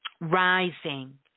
rising